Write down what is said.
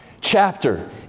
chapter